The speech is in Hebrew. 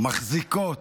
מחזיקות